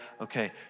Okay